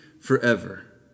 forever